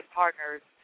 partners